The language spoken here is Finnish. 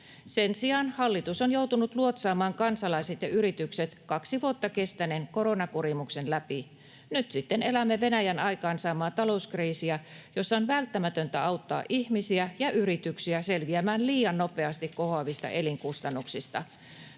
Sen sijaan hallitus on joutunut luotsaamaan kansalaiset ja yritykset kaksi vuotta kestäneen koronakurimuksen läpi. Nyt sitten elämme Venäjän aikaansaamaa talouskriisiä, jossa on välttämätöntä auttaa ihmisiä ja yrityksiä selviämään liian nopeasti kohoavista elinkustannuksista.